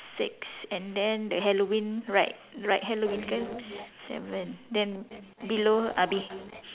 six and then the Halloween right right Halloween kan seven then below ah be~